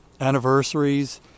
anniversaries